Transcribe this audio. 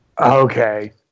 Okay